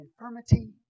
infirmity